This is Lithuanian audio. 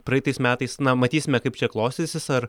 praeitais metais na matysime kaip čia klostysis ar